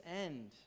end